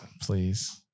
please